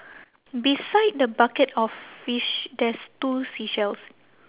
beside the bucket of fish there's two seashells